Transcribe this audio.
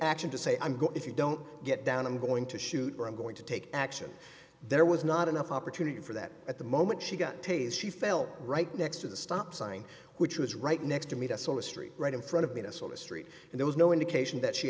action to say i'm go if you don't get down i'm going to shoot or i'm going to take action there was not enough opportunity for that at the moment she got tase she felt right next to the stop sign which was right next to me that's on the street right in front of minnesota's street and there was no indication that she